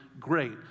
great